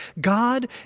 God